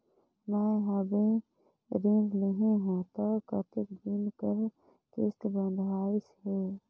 मैं हवे ऋण लेहे हों त कतेक दिन कर किस्त बंधाइस हे?